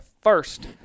first